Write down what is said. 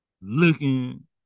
Looking